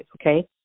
okay